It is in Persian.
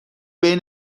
بین